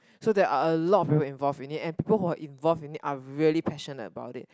so they are a lot of people involve in it and people who are involve in it are really passionate about it